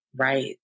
Right